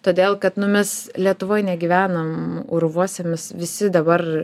todėl kad nu mes lietuvoj negyvenam urvuose mes visi dabar